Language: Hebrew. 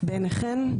בעיניכם?